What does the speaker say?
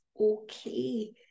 okay